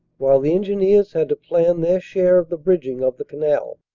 while the engineers had to plan their share of the bridging of the canal.